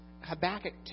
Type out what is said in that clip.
Habakkuk